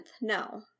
No